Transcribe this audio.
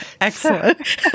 Excellent